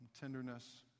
tenderness